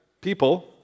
people